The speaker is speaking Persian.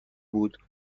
بود